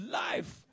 life